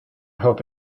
hope